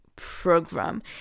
Program